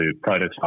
prototype